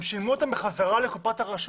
הם שילמו אותם חזרה לקופת הרשות.